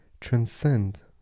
transcend